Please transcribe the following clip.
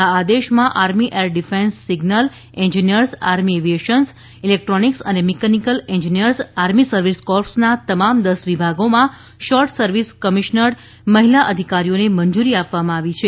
આ આદેશમાં army air defence signal engineers army aviation electronics અને મિકેનિકલ એન્જિનિયર્સ આર્મી સર્વિસ કોર્પ્સના તમામ દસ વિભાગોમાં શોર્ટ સર્વિસ કમિશનડ મહિલા અધિકારીઓને મંજૂરી આપવામાં આવી છે